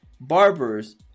barbers